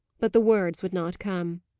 but the words would not come.